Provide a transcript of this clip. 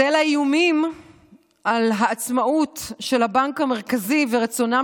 צל האיומים על העצמאות של הבנק המרכזי ורצונם